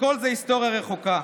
שכל זה היסטוריה רחוקה.